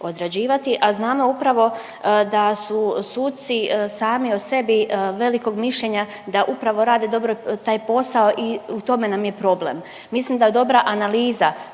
a znamo upravo da su suci sami o sebi velikog mišljenja da upravo rade dobro taj posao i u tome nam je problem. Mislim da dobra analiza